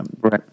Right